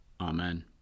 Amen